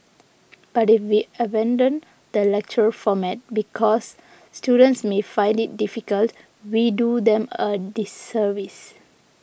but if we abandon the lecture format because students may find it difficult we do them a disservice